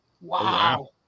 wow